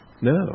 No